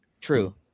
true